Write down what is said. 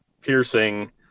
piercing